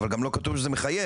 אבל גם לא כתוב שזה מחייב.